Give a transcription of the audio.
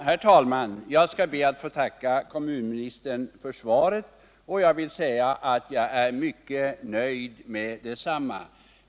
Herr talman! Jag skall be att få tacka kommunministern för svaret, och jag vill också säga att jag är mycket nöjd med detsamma.